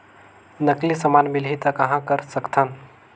नकली समान मिलही त कहां कर सकथन?